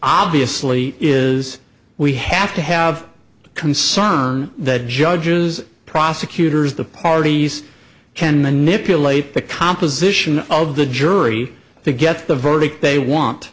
obviously is we have to have concern that judges prosecutors the parties can manipulate the composition of the jury to get the verdict they want